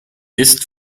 ist